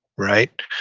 right?